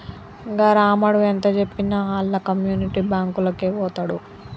గా రామడు ఎంతజెప్పినా ఆళ్ల కమ్యునిటీ బాంకులకే వోతడు